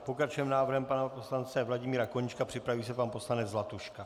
Pokračujeme návrhem pana poslance Vladimíra Koníčka, připraví se pan poslanec Zlatuška.